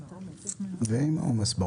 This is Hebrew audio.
ועם העומס.